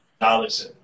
knowledge